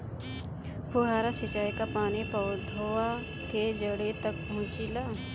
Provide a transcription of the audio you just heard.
फुहारा सिंचाई का पानी पौधवा के जड़े तक पहुचे ला?